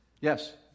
Yes